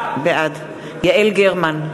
בעד יעל גרמן,